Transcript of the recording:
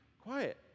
quiet